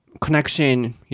connection